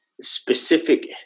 specific